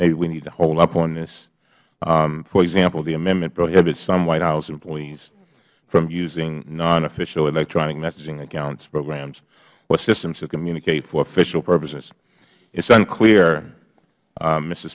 maybe we need to hold up on this for example the amendment prohibits some white house employees from using non official electronic messaging account programs or systems to communicate for official purposes it is unclear